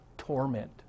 torment